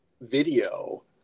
video